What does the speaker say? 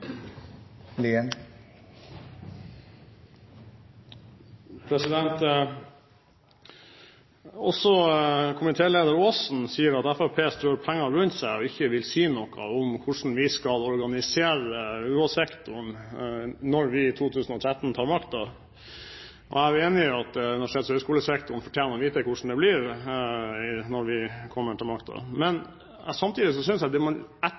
Lien har hatt ordet to ganger og får ordet til en kort merknad, begrenset til 1 minutt. Også komitélederen, Aasen, sier at Fremskrittspartiet strør pengene rundt seg, og at vi ikke vil si noe om hvordan vi skal organisere UH-sektoren når vi i 2013 tar makten. Jeg er enig i at universitets- og høyskolesektoren fortjener å vite hvordan det blir når vi kommer til makten. Men